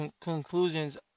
conclusions